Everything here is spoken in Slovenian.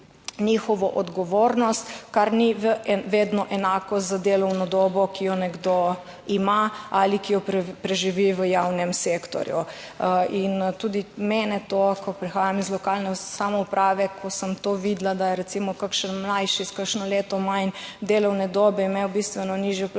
njihovo odgovornost, kar ni vedno enako za delovno dobo, ki jo nekdo ima ali ki jo preživi v javnem sektorju. In tudi mene to, ko prihajam iz lokalne samouprave, ko sem to videla, da je recimo kakšen mlajši, s kakšno leto manj delovne dobe 64. TRAK: (NB) –